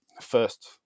first